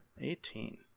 Eighteen